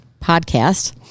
podcast